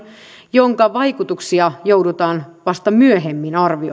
jonka vaikutuksia joudutaan vasta myöhemmin arvioimaan